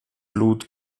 blut